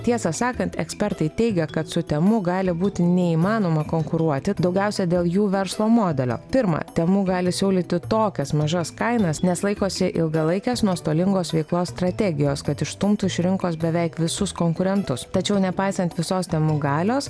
tiesą sakant ekspertai teigia kad su temu gali būti neįmanoma konkuruoti daugiausia dėl jų verslo modelio pirma temu gali siūlyti tokias mažas kainas nes laikosi ilgalaikės nuostolingos veiklos strategijos kad išstumtų iš rinkos beveik visus konkurentus tačiau nepaisant visos temu galios